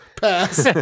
pass